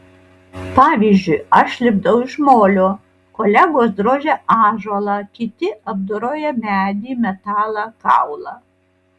pavyzdžiui aš lipdau iš molio kolegos drožia ąžuolą kiti apdoroja medį metalą kaulą